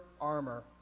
armor